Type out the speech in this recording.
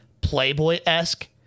Playboy-esque